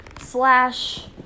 slash